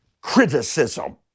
criticism